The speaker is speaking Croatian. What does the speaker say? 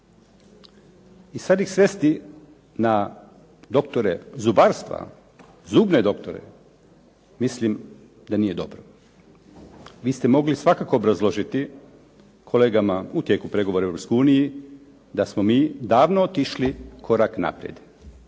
i sad ih svesti na doktore zubarstva, zubne doktore, mislim da nije dobro. Vi ste mogli svakako obrazložiti kolegama u tijeku pregovora u Europskoj uniji da smo mi davno otišli korak naprijed